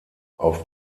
auf